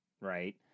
Right